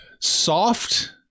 soft